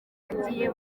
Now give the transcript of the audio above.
agiye